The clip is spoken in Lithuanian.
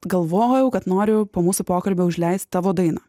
galvojau kad noriu po mūsų pokalbio užleist tavo dainą